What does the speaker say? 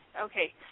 Okay